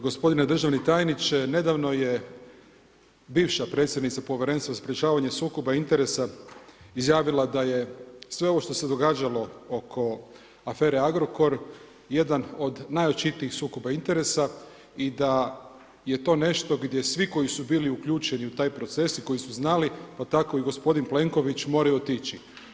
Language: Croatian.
Gospodine državni tajniče, nedavno je bivša predsjednica Povjerenstva za sprečavanje sukoba interesa izjavila da je sve ovo što se događalo oko afere Agrokor jedan od najočitijih sukoba interesa i da je to nešto gdje svi koji su bili uključeni u taj proces i koji su znali, pa tako i gospodin Plenković moraju otići.